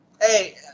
Hey